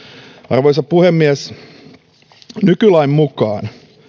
arvoisa puhemies nykylain mukaan